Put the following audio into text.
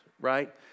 right